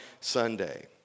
Sunday